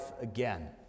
again